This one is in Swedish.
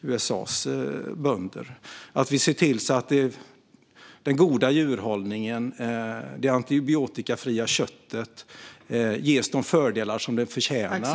Det handlar om att vi ser till att den goda djurhållningen och det antibiotikafria köttet ges de fördelar som de förtjänar.